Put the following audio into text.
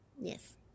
Yes